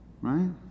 right